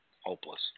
hopeless